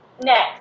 Next